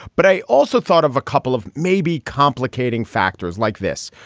but i also thought of a couple of maybe complicating factors like this.